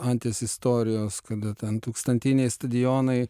anties istorijos kada ten tūkstantiniai stadionai